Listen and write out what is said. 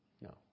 No